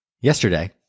Yesterday